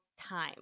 time